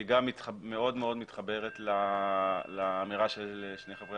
והיא גם מאוד מאוד מתחברת לאמירה של שני חברי